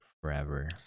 forever